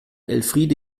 elfriede